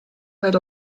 had